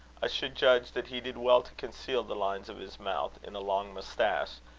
i should judge that he did well to conceal the lines of his mouth in a long moustache,